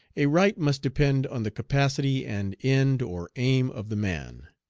a right must depend on the capacity and end or aim of the man.